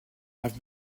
have